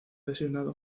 designado